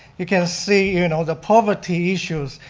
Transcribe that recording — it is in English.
you can see you know the poverty issues,